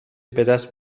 بدست